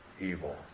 evil